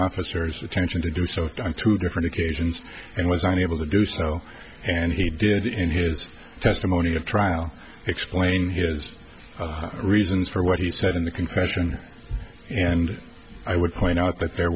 officers attention to do so on two different occasions and was unable to do so and he did in his testimony at trial explain his reasons for what he said in the confession and i would point out that there